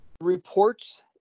reports